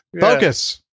focus